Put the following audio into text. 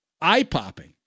eye-popping